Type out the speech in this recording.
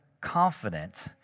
confident